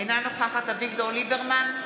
אינה נוכחת אביגדור ליברמן,